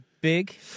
big